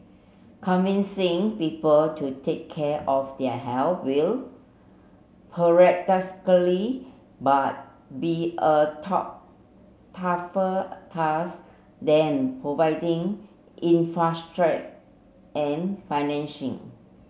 convincing people to take care of their health will paradoxically by be a tougher task than providing and financing